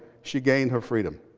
she gained her freedom.